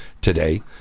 today